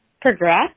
progress